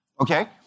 Okay